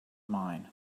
mine